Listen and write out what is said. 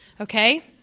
okay